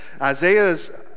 Isaiah's